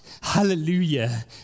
Hallelujah